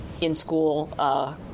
in-school